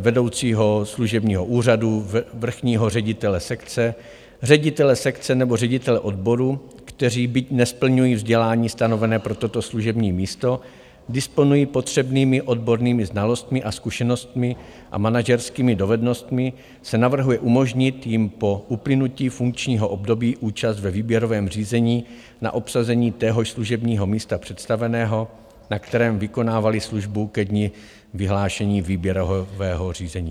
vedoucího služebního úřadu, vrchního ředitele sekce, ředitele sekce nebo ředitele odboru, kteří, byť nesplňují vzdělání stanovené pro toto služební místo, disponují potřebnými odbornými znalostmi a zkušenostmi a manažerskými dovednostmi, se navrhuje umožnit jim po uplynutí funkčního období účast ve výběrovém řízení na obsazení téhož služebního místa představeného, na kterém vykonávali službu ke dni vyhlášení výběrového řízení.